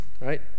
Right